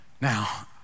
Now